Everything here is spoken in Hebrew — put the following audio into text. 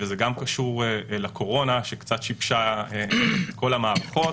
וזה גם קשור לקורונה שקצת שיבשה את כל המהפכות